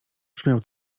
brzmiał